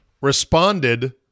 responded